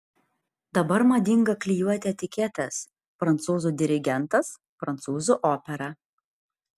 dabar madinga klijuoti etiketes prancūzų dirigentas prancūzų opera